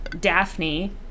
Daphne